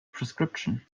prescription